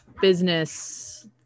business